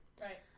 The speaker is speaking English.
Right